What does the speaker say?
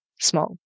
small